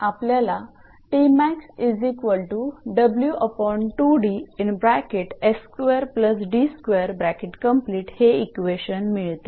आपल्याला हे इक्वेशन मिळते